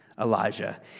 Elijah